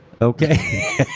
Okay